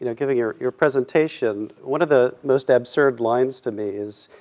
you know giving your your presentation, one of the most absurd lines to me is,